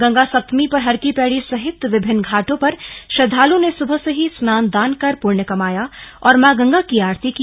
गंगा सप्तमी पर हरकी पौड़ी सहित विभिन्न घाटों पर श्रद्वालुओं ने सुबह से ही स्नान दान कर पुण्य कमाया और मां गंगा की आरती की